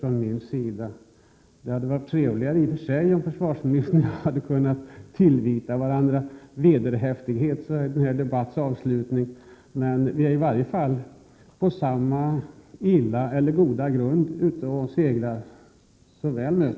Det hade i och för sig varit trevligare om försvarsministern och jag så här i debattens avslutning hade kunnat säga att våra beräkningar är vederhäftiga. Vi är i varje fall ute och seglar på samma goda eller dåliga vatten.